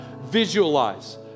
visualize